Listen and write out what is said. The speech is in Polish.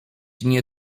nie